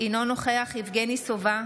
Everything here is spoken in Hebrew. אינו נוכח יבגני סובה,